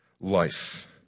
life